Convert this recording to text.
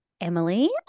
Emily